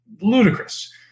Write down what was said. ludicrous